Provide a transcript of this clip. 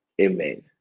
Amen